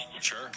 Sure